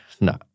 no